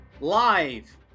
live